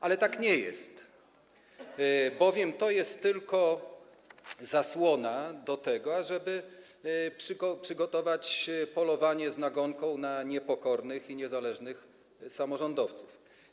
Ale tak nie jest, bowiem to jest tylko zasłona do tego, ażeby przygotować polowanie z nagonką na niepokornych i niezależnych samorządowców.